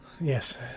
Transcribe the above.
Yes